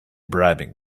bribing